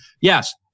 Yes